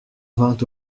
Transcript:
vint